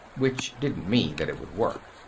which didn't mean that it would work.